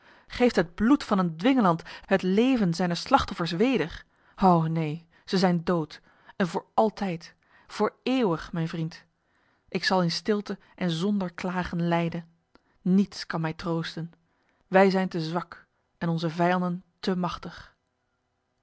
geeft het bloed van een dwingeland het leven zijne slachtoffers weder o neen zij zijn dood en voor altijd voor eeuwig mijn vriend ik zal in stilte en zonder klagen lijden niets kan mij troosten wij zijn te zwak en onze vijanden te machtig